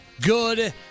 good